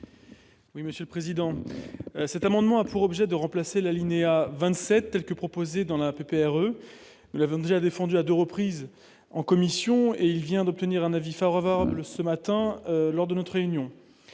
Oui, Monsieur le Président, cet amendement a pour objet de remplacer l'alinéa 27, telle que proposée dans la PPR heureuse, nous l'avons déjà défendu à 2 reprises en commission et il vient d'obtenir un avis favorable ce matin lors de notre réunion